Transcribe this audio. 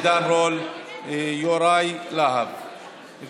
עידן רול ויוראי להב הרצנו,